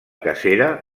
cacera